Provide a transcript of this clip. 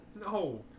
No